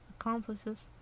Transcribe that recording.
Accomplices